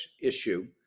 issue